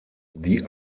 die